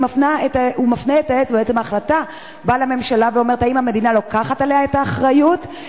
ובעצם ההחלטה באה לממשלה ואומרת: האם המדינה לוקחת עליה את האחריות,